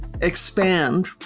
expand